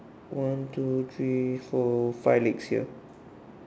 one two three four five legs here